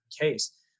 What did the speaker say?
case